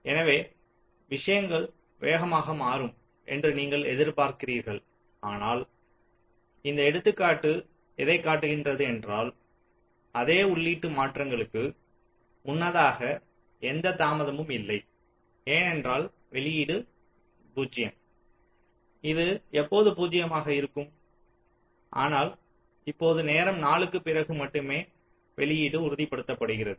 எனவே விஷயங்கள் வேகமாக மாறும் என்று நீங்கள் எதிர்பார்க்கிறீர்கள் ஆனால் இந்த எடுத்துக்காட்டு எதை காட்டுகின்றது என்றால் அதே உள்ளீட்டு மாற்றங்களுக்கு முன்னதாக எந்த தாமதமும் இல்லை ஏனென்றால் வெளியீடு 0 இது எப்போதும் பூஜ்ஜியமாக இருக்கும் ஆனால் இப்போது நேரம் 4 க்குப் பிறகு மட்டுமே வெளியீடு உறுதிப்படுத்தப்படுகிறது